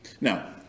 Now